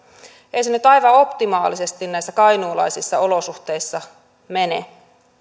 ei se nyt aivan optimaalisesti näissä kainuulaisissa olosuhteissa mene